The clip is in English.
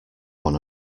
one